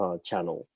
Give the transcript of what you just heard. channel